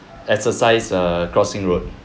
exercise err crossing road